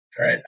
right